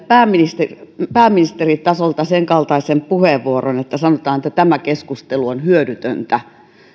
pääministeritasolta pääministeritasolta senkaltaisen puheenvuoron että sanotaan että tämä keskustelu on hyödytöntä